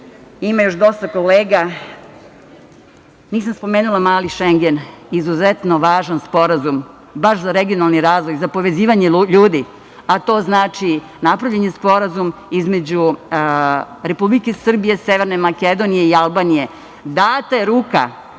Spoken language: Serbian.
ima još dosta kolega. Nisam spomenula mali Šengen, izuzetno važan sporazum baš za regionalni razvoj, za povezivanje ljudi, a to znači da je napravljen sporazum između Republike Srbije, Severne Makedonije i Albanije. Data je ruka